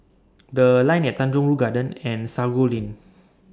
The Line At Tanjong Rhu Garden Road and Sago Lane